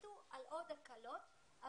בוודאי.